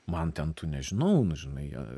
man ten tu nežinau nu žinai jie